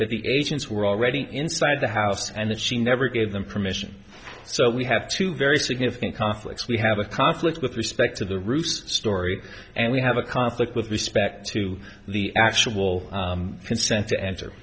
that the agents were already inside the house and that she never gave them permission so we have two very significant conflicts we have a conflict with respect to the roof story and we have a conflict with respect to the actual consent to